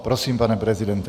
Prosím, pane prezidente.